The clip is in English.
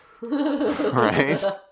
Right